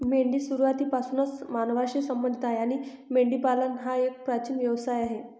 मेंढी सुरुवातीपासूनच मानवांशी संबंधित आहे आणि मेंढीपालन हा एक प्राचीन व्यवसाय आहे